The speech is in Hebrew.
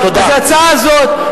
אז ההצעה הזאת,